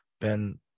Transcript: ben